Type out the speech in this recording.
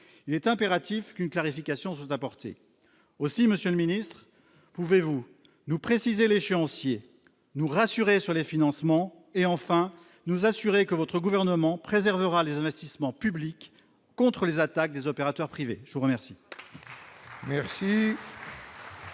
il est impératif qu'une clarification vous apporter aussi Monsieur le Ministre, pouvez-vous nous préciser l'échéancier nous rassurer sur les financements et enfin nous assurer que votre gouvernement préservera les investissements publics contre les attaques des opérateurs privés, je vous remercie.